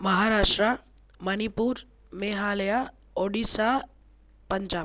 Maharashtra Manipur Meghalaya Odisha Punjab